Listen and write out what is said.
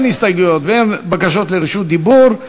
אין הסתייגויות ואין בקשות לרשות דיבור.